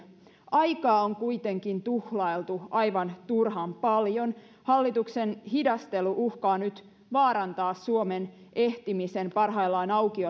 aikaa on kuitenkin tuhlailtu aivan turhan paljon hallituksen hidastelu uhkaa nyt vaarantaa suomen ehtimisen parhaillaan auki